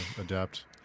adapt